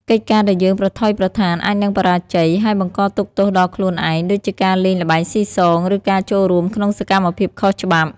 កិច្ចការដែលយើងប្រថុយប្រថាន អាចនឹងបរាជ័យ ហើយបង្កទុក្ខទោសដល់ខ្លួនឯង ដូចជាការលេងល្បែងស៊ីសង ឬការចូលរួមក្នុងសកម្មភាពខុសច្បាប់។